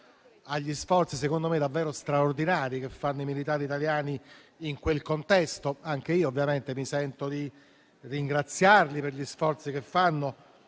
agli sforzi, secondo me davvero straordinari, che fanno i militari italiani in quel contesto. Anche io, ovviamente, mi sento di ringraziarli per gli sforzi che fanno.